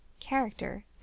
character